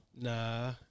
Nah